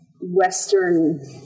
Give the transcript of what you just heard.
western